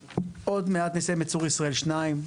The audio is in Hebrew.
עוד מעט נסיים את צור ישראל 2,